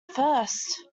first